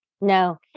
no